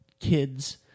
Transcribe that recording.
kids